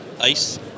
ice